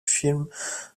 films